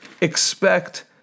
expect